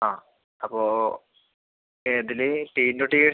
ആ അപ്പോൾ ഏതിൽ ടി ഇൻടു ടീ